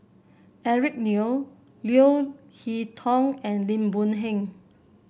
Eric Neo Leo Hee Tong and Lim Boon Heng